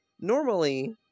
Normally